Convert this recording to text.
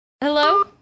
Hello